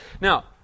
Now